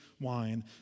wine